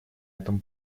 этом